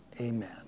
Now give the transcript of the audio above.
amen